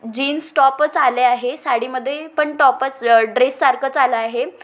jeans टॉपच आले आहे साडीमध्ये पण टॉपच ड्रेससारखंच आलं आहे